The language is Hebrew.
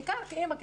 בעיקר כאמא,